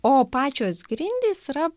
o pačios grindys yra